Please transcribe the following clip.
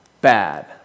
bad